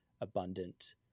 abundant